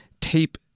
tape